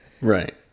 Right